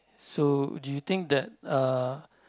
so do you think that uh